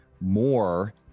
more